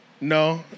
No